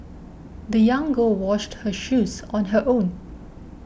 the young girl washed her shoes on her own